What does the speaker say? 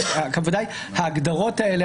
ההגדרות האלה,